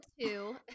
two